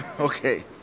Okay